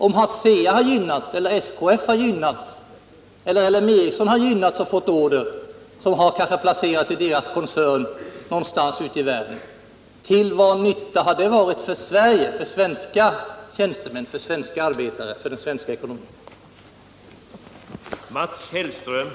Om ASEA, SKF eller L M Ericsson fått order som kanske placerats i deras koncern någonstans ute i världen — till vad nytta har det varit för Sverige, för svenska tjänstemän och arbetare och för svensk ekonomi?